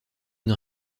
une